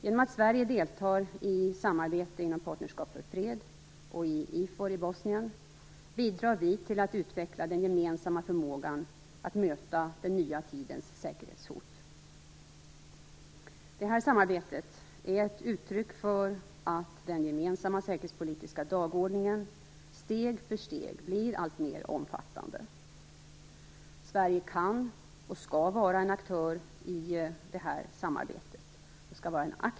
Genom att Sverige deltar i samarbete inom Partnerskap för fred och i IFOR i Bosnien bidrar vi till att utveckla den gemensamma förmågan att möta den nya tidens säkerhetshot. Det här samarbetet är ett uttryck för att den gemensamma säkerhetspolitiska dagordningen steg för steg blir alltmer omfattande. Sverige kan och skall vara en aktiv aktör i det här samarbetet.